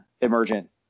emergent